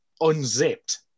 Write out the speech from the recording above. unzipped